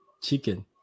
chicken